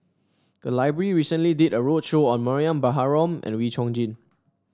the library recently did a roadshow on Mariam Baharom and Wee Chong Jin